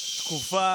בתקופה